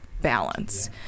balance